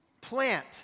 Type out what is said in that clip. plant